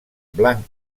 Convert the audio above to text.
blanc